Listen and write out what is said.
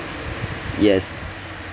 yes